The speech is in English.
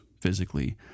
physically